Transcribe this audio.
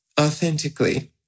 authentically